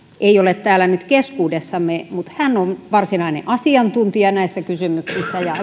ei ole täällä nyt keskuudessamme on varsinainen asiantuntija näissä kysymyksissä